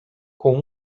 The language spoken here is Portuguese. com